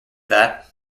that